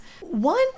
One